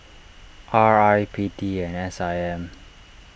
R I P T and S I M